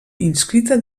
inscrita